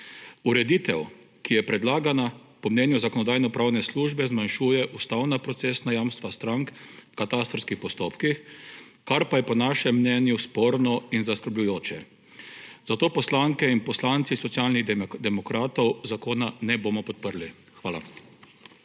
Ureditev, ki je predlagana, po mnenju Zakonodajno-pravne službe zmanjšuje ustavna procesna jamstva strank v katastrskih postopkih, kar pa je po našem mnenju sporno in zaskrbljujoče. Zato poslanke in poslanci Socialnih demokratov zakona ne bomo podprli. Hvala.